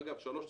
אגב, 392,